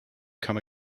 come